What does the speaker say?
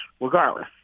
regardless